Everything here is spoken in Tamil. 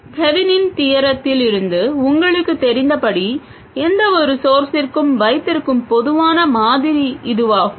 தெவினின் Thevenin's தியரத்தில் இருந்து உங்களுக்குத் தெரிந்தபடி எந்தவொரு ஸோர்ஸிற்கும் வைத்திருக்கும் பொதுவான மாதிரி இதுவாகும்